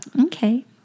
Okay